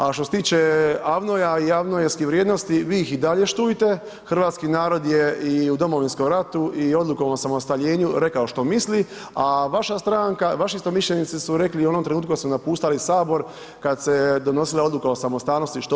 A što se tiče AVNOJ-a i AVNOJ-skih vrijednosti vi ih i dalje štujte, hrvatski narod je i u Domovinskom ratu i odlukom o osamostaljenju rekao što misli, a vaša stranka, vaši istomišljenici su rekli u onom trenutku kad su napuštali sabor kad se donosila odluka o samostalnosti što su mislili.